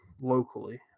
locally